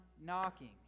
knocking